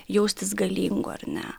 jaustis galingu ar ne